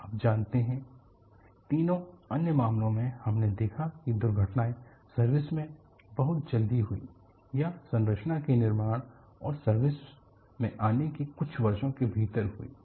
आप जानते हैं तीनों अन्य मामलों में हमने देखा कि दुर्घटनाएँ सर्विस में बहुत जल्दी हुईं या संरचना के निर्माण और सर्विस में आने के कुछ वर्षों के भीतर हुईं